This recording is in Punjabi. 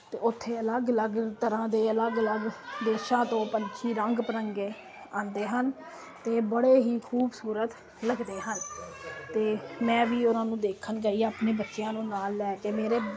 ਤੇ ਓਥੇ ਅਲੱਗ ਅਲੱਗ ਤਰ੍ਹਾਂ ਦੇ ਅਲੱਗ ਅਲੱਗ ਦੇਸ਼ਾਂ ਤੋਂ ਪੰਛੀ ਰੰਗ ਬਿਰੰਗੇ ਆਂਦੇ ਹਨ ਤੇ ਬੜੇ ਹੀ ਖੂਬਸੂਰਤ ਲੱਗਦੇ ਹਨ ਤੇ ਮੈਂ ਵੀ ਉਨ੍ਹਾਂ ਨੂੰ ਦੇਖਣ ਗਈ ਆਪਣੇ ਬੱਚਿਆਂ ਨੂੰ ਨਾਲ਼ ਲੈ ਕੇ ਮੇਰੇ